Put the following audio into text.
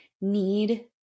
need